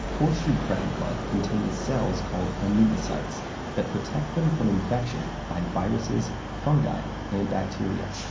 horseshoe crab blood contains cells called amebocytes that protect them from infection by viruses, fungi, and bacteria.